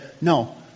no